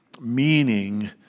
meaning